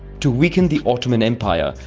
to weaken the ottoman empire,